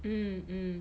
mm mm